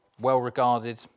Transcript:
Well-regarded